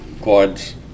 Quads